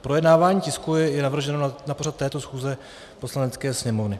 Projednávání tisku je i navrženo na pořad této schůze Poslanecké sněmovny.